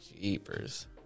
Jeepers